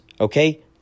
Okay